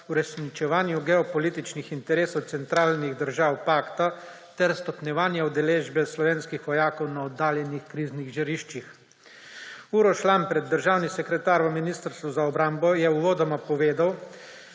uresničevanju geopolitičnih interesov centralnih držav pakta ter stopnjevanje udeležbe slovenskih vojakov na oddaljenih kriznih žariščih. Uroš Lampret, državni sekretar na Ministrstvu za obrambo, je uvodoma povedal,